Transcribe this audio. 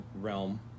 realm